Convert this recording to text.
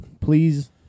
please